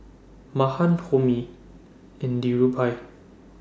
Mahan Homi and Dhirubhai